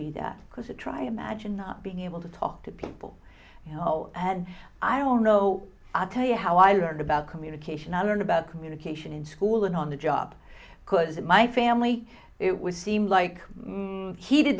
be that because a try imagine being able to talk to people you know and i don't know i'll tell you how i learned about communication i learned about communication in school and on the job because my family it was seem like heated